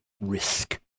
risk